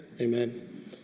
Amen